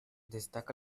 destaca